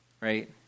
Right